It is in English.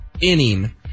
inning